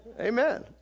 amen